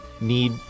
need